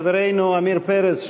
חברנו עמיר פרץ,